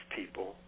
people